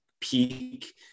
peak